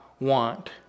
want